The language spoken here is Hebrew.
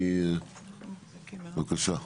בבקשה.